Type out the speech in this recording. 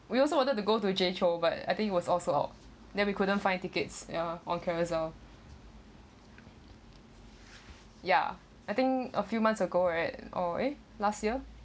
we also wanted to go to jay chou but I think it was all sold out then we couldn't find tickets ya on carousell ya I think a few months ago right or eh last year